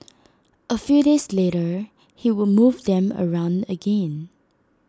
A few days later he would move them around again